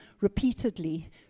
repeatedly